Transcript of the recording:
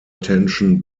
attention